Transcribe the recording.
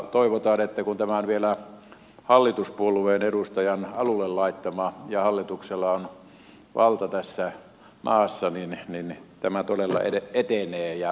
toivotaan että kun tämä on vielä hallituspuolueen edustajan alulle laittama ja hallituksella on valta tässä maassa niin tämä todella etenee